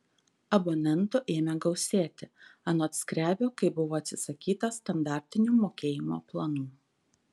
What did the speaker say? abonentų ėmė gausėti anot skrebio kai buvo atsisakyta standartinių mokėjimo planų